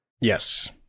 Yes